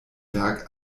werk